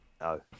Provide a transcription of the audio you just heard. No